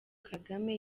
kagame